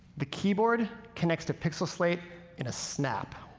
the keyboard connects to pixel slate in a snap.